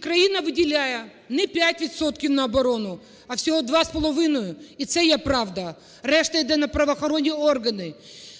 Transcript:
країна виділяє не 5 відсотків на оборону, а всього 2,5 (і це є правда), решта йде на правоохоронні органи,